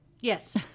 Yes